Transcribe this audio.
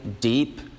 deep